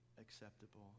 acceptable